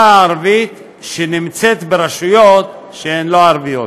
הערבית שנמצאת ברשויות שהן לא ערביות.